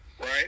right